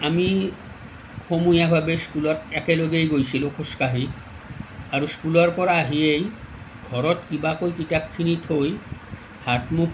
আমি সমূহীয়াভাৱে স্কুলত একেলগেই গৈছিলোঁ খোজকাঢ়ি আৰু স্কুলৰ পৰা আহিয়েই ঘৰত কিবা কৈ কিতাপখিনি থৈ হাত মুখ